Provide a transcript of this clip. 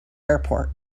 airport